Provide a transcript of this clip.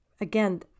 Again